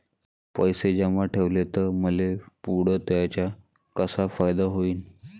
पैसे जमा ठेवले त मले पुढं त्याचा कसा फायदा होईन?